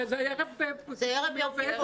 זה ערב יום כיפור.